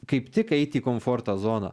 kaip tik eiti į komforto zoną